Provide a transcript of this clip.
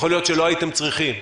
יכול להיות שלא הייתם צריכים,